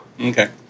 Okay